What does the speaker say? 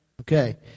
Okay